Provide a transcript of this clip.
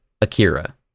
Akira